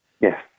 Yes